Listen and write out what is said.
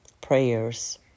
prayers